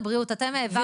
האחרונה?